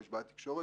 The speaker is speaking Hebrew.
או יש בעיית תקשורת,